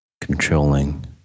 controlling